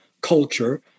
culture